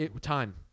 Time